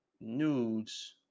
nudes